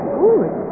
good